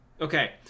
Okay